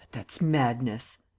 it's madness!